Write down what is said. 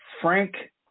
Frank